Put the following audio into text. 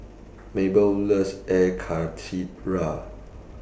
Mabell loves Air Karthira